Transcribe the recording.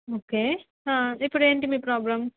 okay ఇప్పుడు ఏమిటి మీ ప్రాబ్లమ్